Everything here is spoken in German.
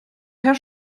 herr